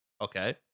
okay